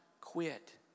quit